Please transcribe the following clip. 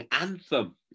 Anthem